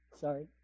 Sorry